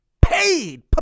paid